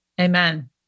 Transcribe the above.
Amen